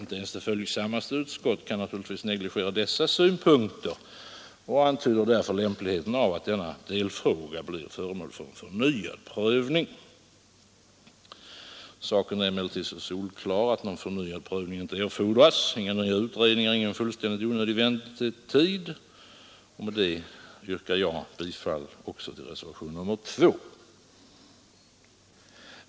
Inte ens det följsammaste utskott kan naturligtvis helt negligera dessa synpunkter och antyder därför lämpligheten av att denna delfråga blir föremål för förnyad prövning. Saken är emellertid så solklar, att någon förnyad prövning inte erfordras. Det fordras inga nya utredningar och ingen fullständigt onödig väntetid. Med det anförda yrkar jag bifall också till reservationen 2.